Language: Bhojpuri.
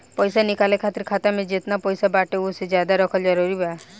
पईसा निकाले खातिर खाता मे जेतना पईसा बाटे ओसे ज्यादा रखल जरूरी बा?